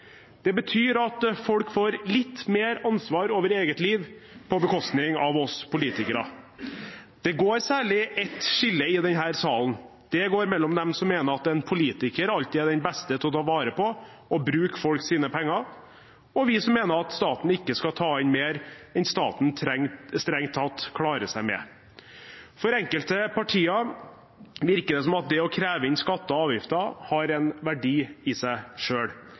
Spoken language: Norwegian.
Det betyr at folk får litt mer ansvar for eget liv på bekostning av oss politikere. Det går særlig ett skille i denne salen. Det går mellom dem som mener at en politiker alltid er den beste til å ta vare på og bruke folks penger, og oss, som mener at staten ikke skal ta inn mer enn staten strengt tatt klarer seg med. For enkelte partier virker det som at det å kreve inn skatter og avgifter har en verdi i seg